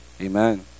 Amen